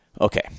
Okay